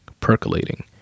percolating